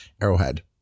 Arrowhead